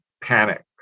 panic